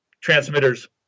transmitters